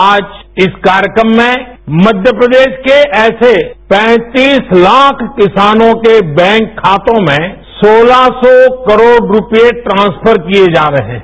आज इस कार्यक्रम मध्य प्रदेश के ऐसे पैंतीस लाख किसानों के बैंक खातों में सोलह सौ करोड़ रुपये ट्रांसफर किये जा रहे हैं